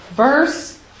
verse